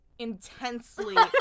Intensely